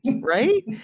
right